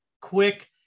quick